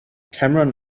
cameron